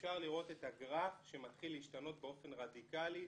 ואפשר לראות את הגרף שמתחיל להשתנות באופן רדיקלי ב-2008.